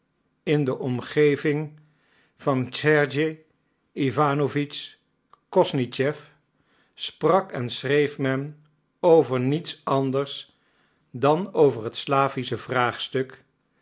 in de omgeving van sergej iwanowitsch kosnischew sprak en schreef men over niets anders dan over het slavische vraagstuk